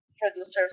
producers